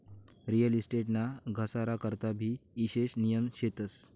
real estate ना घसारा करता भी ईशेष नियम शेतस